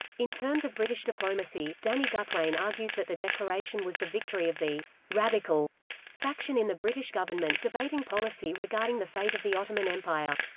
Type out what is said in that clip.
in terms of british diplomacy, danny gutwein argues that the declaration was the victory of the radical faction in the british government debating policy regarding the fate of the ottoman empire.